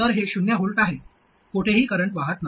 तर हे शून्य व्होल्ट आहे कोठेही करंट वाहत नाही